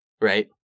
right